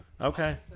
Okay